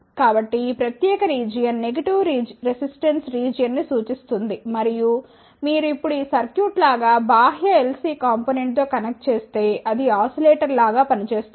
కాబట్టి ఈ ప్రత్యేక రీజియన్ నెగెటివ్ రెసిస్టెన్స్ రీజియన్ ని సూచిస్తుంది మరియు మీరు ఇప్పుడు ఈ సర్క్యూట్ లాగా బాహ్య LC కాంపొనెంట్ తో కనెక్ట్ చేస్తే అది ఆసిలేటర్ లాగా పని చేస్తుంది